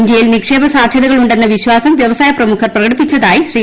ഇന്തൃയിൽ നിക്ഷേപ സാധൃതകൾ ഉണ്ടെന്ന വിശ്വാസം വ്യവസായ പ്രമുഖർ പ്രകടിപ്പിച്ചതായി ശ്രീ